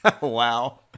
Wow